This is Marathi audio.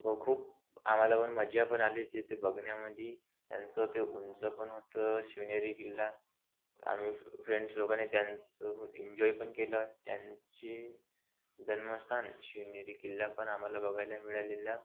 व खूप आम्हाला पण मजा प ण आली तिथे ते बघण्यामध्ये त्यांचं ते उंच पण होतं शिवनेरी किल्ला आम्ही फ्रेंड्स लोकांनी त्यांचं एन्जॉय पण केलं त्यांची जन्मस्थान शिवनेरी किल्ला पण आम्हाला बघायला मिळालेला